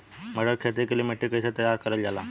मटर की खेती के लिए मिट्टी के कैसे तैयार करल जाला?